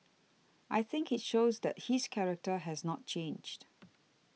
I think it shows that his character has not changed